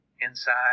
inside